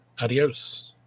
Adios